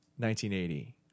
1980